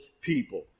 people